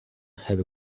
have